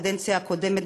בקדנציה הקודמת,